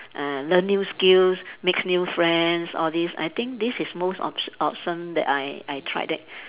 uh learn new skills makes new friends all these I think this is most awe~ awesome that I I tried that